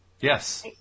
Yes